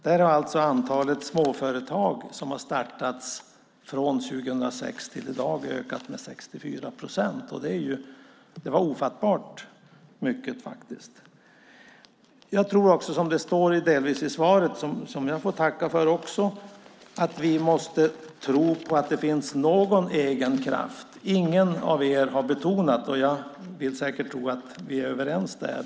Där har antalet småföretag som har startats ökat med 64 procent från 2006 till i dag. Det är faktiskt ofattbart mycket. Jag tror också, som det delvis står i det svar som även jag får tacka för, att vi måste tro på att det finns en egen kraft. Jag vill tro att vi är överens där.